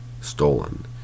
stolen